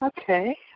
Okay